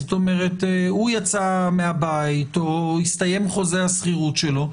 הוא יצא מהבית או הסתיים חוזה השכירות שלו,